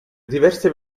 diverse